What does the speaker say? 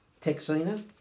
Texina